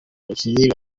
abakinnyi